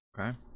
Okay